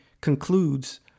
concludes